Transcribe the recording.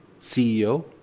CEO